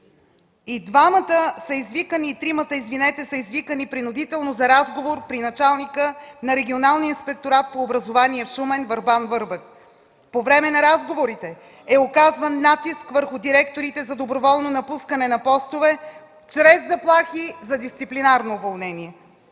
Алейдин Сали. И тримата са извикани принудително за разговор при началника на Регионалния инспекторат по образование в Шумен Върбан Върбев. По време на разговорите е оказван натиск върху директорите за доброволно напускане на постове чрез заплахи за дисциплинарно уволнение.